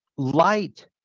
Light